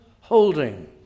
holding